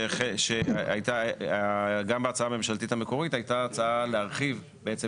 שגם בהצעה הממשלתית המקורית הייתה הצעה להרחיב בעצם